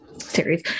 series